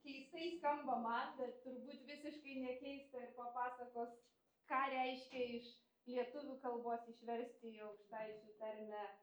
keistai skamba man bet turbūt visiškai nekeista ir papasakos ką reiškia iš lietuvių kalbos išversti į aukštaičių tarmę